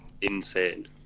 insane